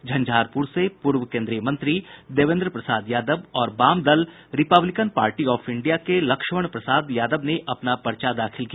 झंझारपुर से पूर्व केन्द्रीय मंत्री देवेन्द्र प्रसाद यादव और वाम दल रिपब्लिकन पार्टी ऑफ इंडिया के लक्ष्मण प्रसाद यादव ने अपना पर्चा दाखिल किया